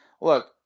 look